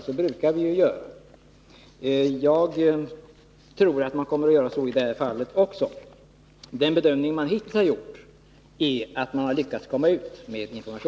Så brukar det ju gå till, och så tror jag också kommer att ske i detta fall.